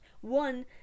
One